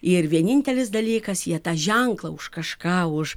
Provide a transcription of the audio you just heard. ir vienintelis dalykas jie tą ženklą už kažką už